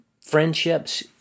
friendships